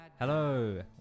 Hello